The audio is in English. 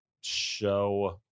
show